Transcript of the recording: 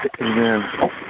Amen